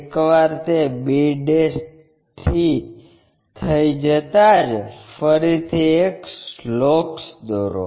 એકવાર તે b થી થઇ જતા જ ફરીથી એક લોકસ દોરો